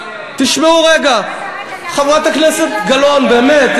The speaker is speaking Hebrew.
תשמעו רגע, רגע, רגע, חברת הכנסת גלאון, באמת.